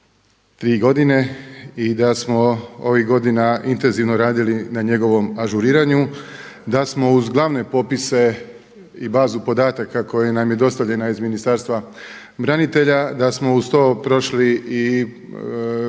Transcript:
3 godine i da smo ovih godina intenzivno radili na njegovom ažuriranju, da smo kroz glavne popise i bazu podataka koja nam je dostavljena iz Ministarstva branitelja da smo uz to prošli i